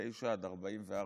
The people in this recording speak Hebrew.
ב-1939 עד 1944 באירופה.